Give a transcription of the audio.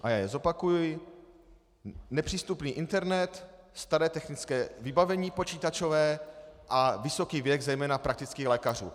A já je zopakuji: nepřístupný internet, staré technické vybavení počítačové a vysoký věk zejména praktických lékařů.